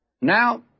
Now